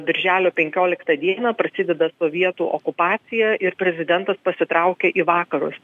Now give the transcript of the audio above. birželio penkioliktą dieną prasideda sovietų okupacija ir prezidentas pasitraukia į vakarus